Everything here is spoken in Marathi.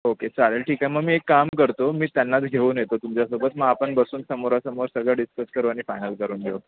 ओके चालेल ठीक आहे मग मी एक काम करतो मी त्यांनाच घेऊन येतो तुमच्यासोबत मग आपण बसून समोरासमोर सगळं डिस्कस करू आणि फायनल करून घेऊ